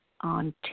on